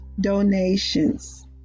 donations